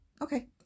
Okay